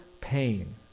pain